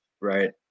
right